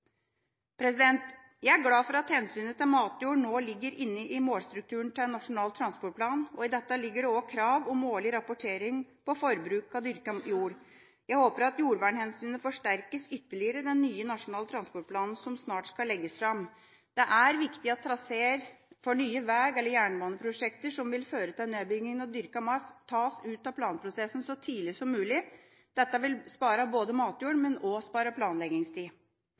Jeg er glad for at hensynet til matjord nå ligger inne i målstrukturen til Nasjonal transportplan. I dette ligger det også krav om årlig rapportering om forbruk av dyrket jord. Jeg håper at jordvernhensynet forsterkes ytterligere i den nye Nasjonal transportplan som snart skal legges fram. Det er viktig at traseer for nye vei- eller jernbaneprosjekter, som vil føre til nedbygging av dyrket mark, tas ut av planprosessen så tidlig som mulig. Dette vil spare både matjord og planleggingstid.